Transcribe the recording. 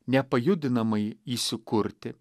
nepajudinamai įsikurti